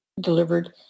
delivered